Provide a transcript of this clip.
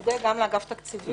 שתודה גם לאגף תקציבים.